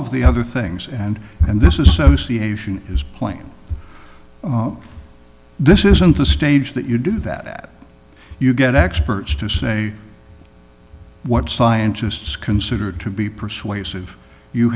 of the other things and and this is so ca is plain this isn't a stage that you do that you get experts to say what scientists considered to be persuasive you